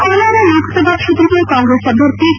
ಕೋಲಾರ ಲೋಕಸಭಾ ಕ್ಷೇತ್ರದ ಕಾಂಗ್ರೆಸ್ ಅಭ್ಯರ್ಥಿ ಕೆ